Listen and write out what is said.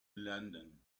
london